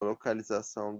localização